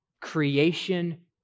creation